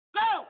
go